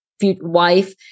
wife